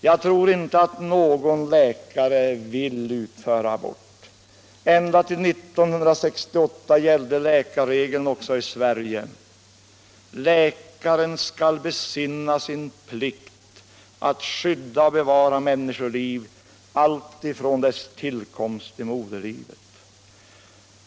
Jag tror icke, att någon läkare vill utföra abort. Ända till 1968 gällde läkarregeln också i Sverige: Läkaren skall besinna sin plikt att skydda och bevara människoliv alltifrån dess tillkomst i moderlivet.